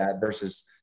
versus